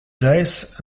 days